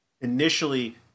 initially